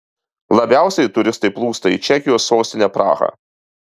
labiausiai turistai plūsta į čekijos sostinę prahą